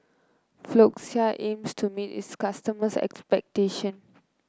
Floxia aims to meet its customers' expectation